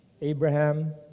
Abraham